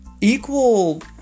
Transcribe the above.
equal